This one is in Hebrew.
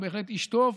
הוא בהחלט איש טוב.